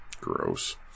Gross